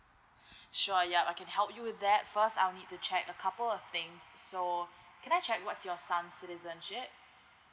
sure yup I can help you with that first I'll need to check a couple of things so can I check what's your son's citizenship